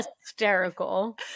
hysterical